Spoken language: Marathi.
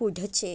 पुढचे